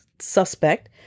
suspect